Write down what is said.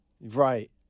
right